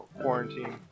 quarantine